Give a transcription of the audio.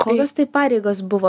kokios tai pareigos buvo